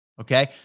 Okay